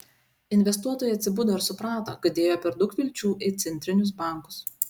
investuotojai atsibudo ir suprato kad dėjo per daug vilčių į centrinius bankus